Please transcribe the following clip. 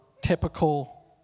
typical